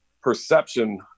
perception